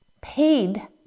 paid